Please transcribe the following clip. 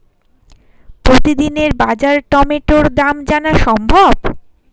প্রতিদিনের বাজার টমেটোর দাম জানা সম্ভব?